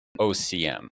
OCM